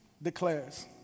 declares